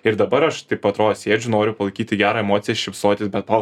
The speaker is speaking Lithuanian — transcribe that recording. ir dabar aš taip atrodo sėdžiu noriu palaikyti gerą emociją šypsotis be to